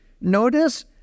Notice